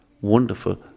wonderful